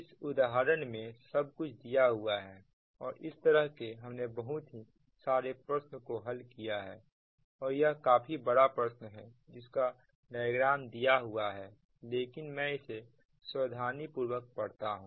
इस उदाहरण में सब कुछ दिया हुआ है और इस तरह के हमने बहुत सारे प्रश्नों को हल किया है और यह काफी बड़ा प्रश्न है जिसका डायग्राम दिया हुआ है लेकिन मैं इसे सावधानीपूर्वक पढ़ता हूं